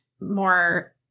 more